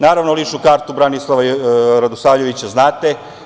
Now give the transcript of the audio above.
Naravno, ličnu kartu Branislava Radosavljevića znate.